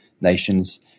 nations